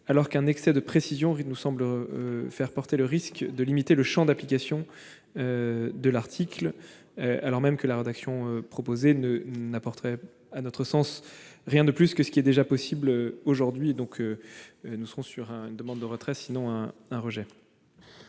alors qu'un excès de précision nous semble comporter le risque de limiter le champ d'application de l'article, d'autant que la rédaction proposée n'apporterait à notre sens rien de plus que ce qui est déjà possible aujourd'hui. Pour cette raison, le Gouvernement demande le retrait de cet